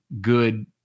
good